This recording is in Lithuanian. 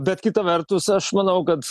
bet kita vertus aš manau kad